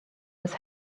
his